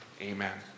Amen